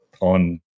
on